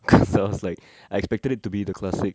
cause I was like I expected it to be the classic